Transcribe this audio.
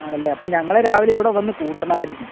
ആണല്ലേ അപ്പം ഞങ്ങളെ രാവിലെ ഇവിടെ വന്ന് കൂട്ടണമായിരുന്നു